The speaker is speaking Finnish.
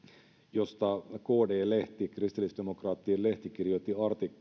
josta kd lehti kristillisdemokraattien lehti kirjoitti artikkelin ja